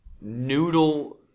noodle